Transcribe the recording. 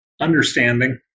Understanding